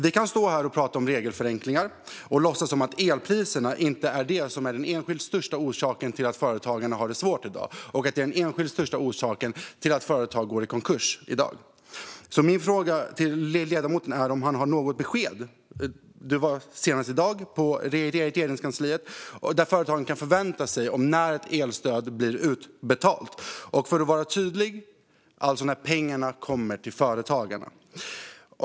Vi kan stå här och prata om regelförenklingar och låtsas som att elpriserna inte är det som är den enskilt största orsaken till att företagarna har det svårt i dag och den enskilt största orsaken till att företag går i konkurs. Men det är verkligheten. Min fråga till ledamoten är om han har något besked. Han var ju senast i dag på Regeringskansliet. När kan företagen förvänta sig att ett elstöd blir utbetalat? För att vara tydlig: När kommer pengarna till företagarna?